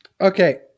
okay